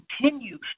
continue